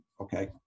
okay